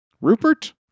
Rupert